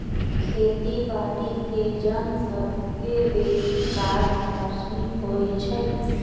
खेती बाड़ीके जन सभके बेशी काज मौसमी होइ छइ